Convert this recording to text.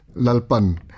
lalpan